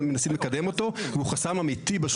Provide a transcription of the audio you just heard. מנסים לקדם את הנושא הזה, והוא חסם אמיתי בשוק.